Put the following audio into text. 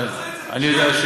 אני יודע,